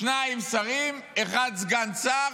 שניים שרים, אחד סגן שר.